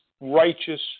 righteous